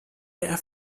der